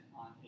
on